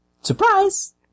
Surprise